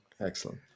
excellent